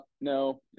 no